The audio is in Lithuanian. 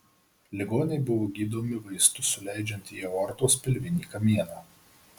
ligoniai buvo gydomi vaistus suleidžiant į aortos pilvinį kamieną